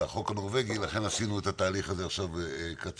לכן עשינו את התהליך הזה קצר.